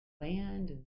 land